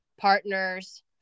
partners